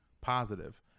positive